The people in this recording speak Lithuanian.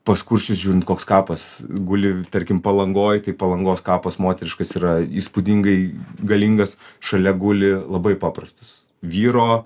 pas kuršius žiūrint koks kapas guli tarkim palangoj tai palangos kapas moteriškas yra įspūdingai galingas šalia guli labai paprastas vyro